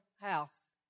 house